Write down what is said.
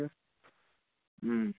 उम